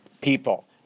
people